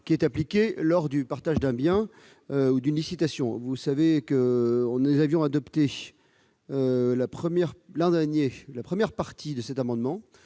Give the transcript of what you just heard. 1,1 % appliqué lors du partage d'un bien ou d'une licitation. Nous avions adopté l'an dernier la première partie de cet amendement,